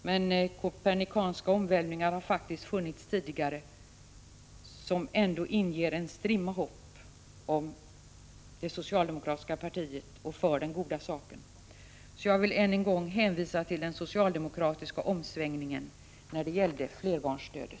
Men kopernikanska omvälvningar har faktiskt funnits tidigare, vilket ändå inger en strimma hopp om det socialdemokratiska partiet och för den goda saken. Jag vill än en gång hänvisa till den socialdemokratiska omsvängningen när det gällde flerbarnsstödet.